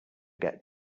get